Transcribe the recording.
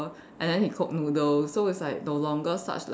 and then he cook noodles so it's like no longer such like